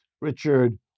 Richard